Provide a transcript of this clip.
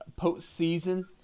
postseason